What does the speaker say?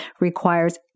requires